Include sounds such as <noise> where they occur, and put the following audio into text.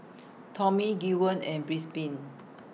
Tommie Gwen and <unintelligible>